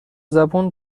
زبون